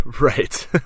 Right